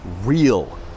real